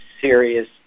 serious